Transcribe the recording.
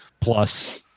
plus